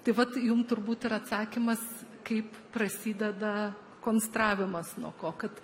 tai vat jum turbūt ir atsakymas kaip prasideda konstravimas nuo ko kad